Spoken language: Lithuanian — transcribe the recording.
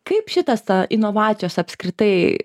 kaip šitas tą inovacijos apskritai